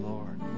Lord